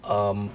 um